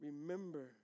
Remember